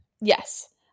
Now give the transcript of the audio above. yes